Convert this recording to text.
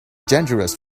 dangerous